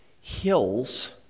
hills